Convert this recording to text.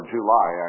July